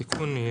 התיקון: